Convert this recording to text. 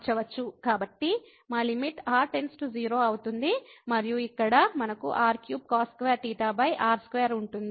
కాబట్టి మా limit r → 0 అవుతుంది మరియు ఇక్కడ మనకు r3cos2θr2ఉంటుంది